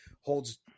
holds